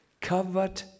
covered